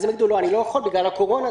אז הם יגידו שהם לא יכולים בגלל הקורונה.